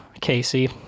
Casey